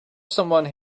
someone